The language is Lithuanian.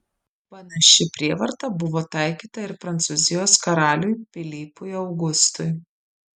panaši prievarta buvo taikyta ir prancūzijos karaliui pilypui augustui